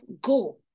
go